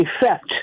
effect